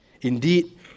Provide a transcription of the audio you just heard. Indeed